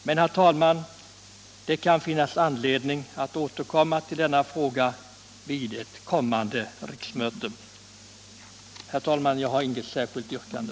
Det finns därför anledning att återkomma till denna fråga vid ett följande riksmöte. Herr talman! Jag har inget yrkande.